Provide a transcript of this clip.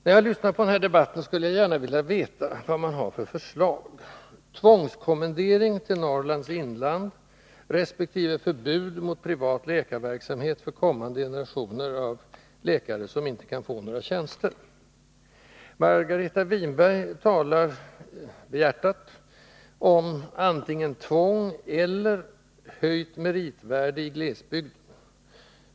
När jag har lyssnat på den här debatten skulle jag gärna vilja veta vad man har för förslag — tvångskommendering till Norrlands inland resp. förbud mot privat läkarverksamhet för kommande generationer av läkare som inte kan få några tjänster? Margareta Winberg talar behjärtat om antingen tvång eller höjt meritvärde i glesbygden.